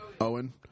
Owen